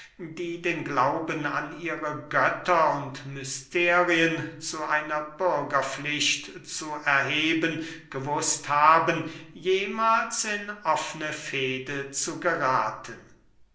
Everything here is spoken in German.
die den glauben an ihre götter und mysterien zu einer bürgerpflicht zu erheben gewußt haben jemahls in offene fehde zu gerathen